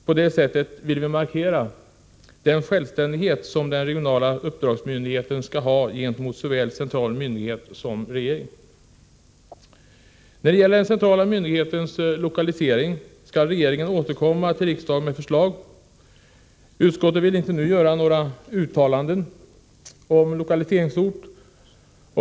På det sättet vill vi markera den självständighet som den regionala uppdragsmyndigheten skall ha gentemot såväl central myndighet som regering. När det gäller den centrala myndighetens lokalisering skall regeringen återkomma till riksdagen med förslag. Utskottet vill inte nu göra några uttalanden om lokaliseringsort.